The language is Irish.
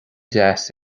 deas